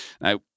Now